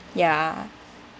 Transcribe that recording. ya